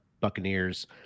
Buccaneers